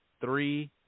Three